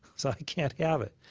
so i can't have it.